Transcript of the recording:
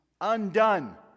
Undone